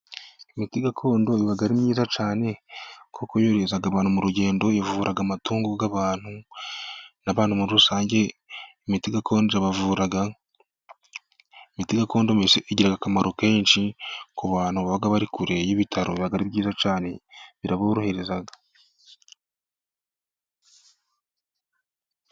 Imiti gakondo iba ari myiza cyane kuko yorohereza abantu mu rugendo. Ivura amatungo y'abantu, n'abantu muri rusange imiti gakondo irabavura. Imiti gakondo mbese igira akamaro kenshi ku bantu baba bari kure y'ibitaro, biba ari byiza cyane biraborohereza.